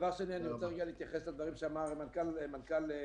דבר שני אני רוצה להתייחס לדברים שאמר מנכ"ל התיירות.